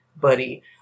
buddy